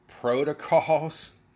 protocols